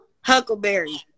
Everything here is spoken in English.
Huckleberry